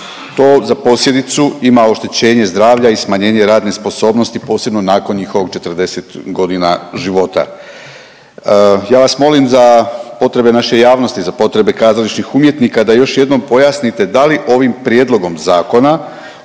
To za posljedicu ima oštećenje zdravlja i smanjenje radne sposobnosti, posebno nakon njihovog 40.g. života. Ja vas molim za potrebe naše javnosti, za potrebe kazališnih umjetnika da još jednom pojasnite da li ovim prijedlogom zakona